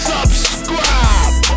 Subscribe